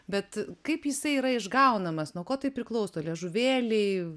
bet kaip jisai yra išgaunamas nuo ko tai priklauso liežuvėliai